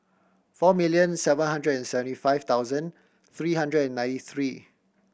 four million seven hundred and seventy five thousand three hundred and ninety three